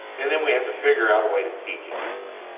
and then we have to figure out a way to teach it that way.